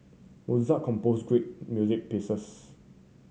Mozart composed great music pieces